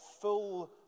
full